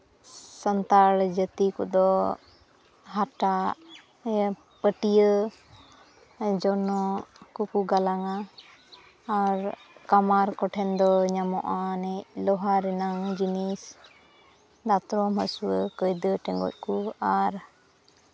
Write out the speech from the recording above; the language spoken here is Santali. ᱥᱟᱱᱛᱟᱲ ᱡᱟᱹᱛᱤ ᱠᱚᱫᱚ ᱦᱟᱴᱟᱜ ᱯᱟᱹᱴᱭᱟᱹ ᱡᱚᱱᱚᱜ ᱠᱚᱠᱚ ᱜᱟᱞᱟᱝᱟ ᱟᱨ ᱠᱟᱢᱟᱨ ᱠᱚᱴᱷᱮᱱ ᱫᱚ ᱧᱟᱢᱚᱜᱼᱟ ᱟᱹᱱᱤᱡ ᱞᱳᱦᱟ ᱨᱮᱱᱟᱜ ᱡᱤᱱᱤᱥ ᱫᱟᱛᱨᱚᱢ ᱦᱟᱹᱥᱣᱟᱹ ᱠᱟᱹᱭᱫᱟᱹ ᱴᱮᱸᱜᱚᱡ ᱠᱚ ᱟᱨ